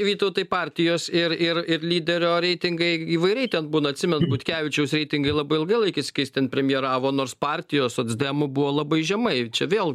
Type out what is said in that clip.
vytautai partijos ir ir ir lyderio reitingai įvairiai ten būna atsimenu butkevičiaus reitingai labai ilgai laikėsi kai jis ten premjeravo nors partijos socdemų buvo labai žemai ir čia vėl